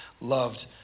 loved